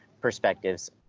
perspectives